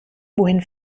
wohin